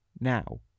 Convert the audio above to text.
now